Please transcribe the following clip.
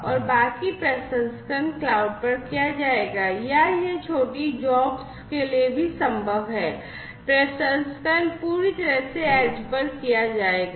और बाकी प्रसंस्करण क्लाउड पर किया जाएगा या यह छोटी jobs के लिए भी संभव है प्रसंस्करण पूरी तरह से edge पर किया जाएगा